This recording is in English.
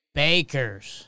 bakers